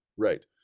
Right